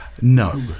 no